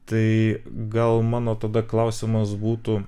tai gal mano tada klausimas būtų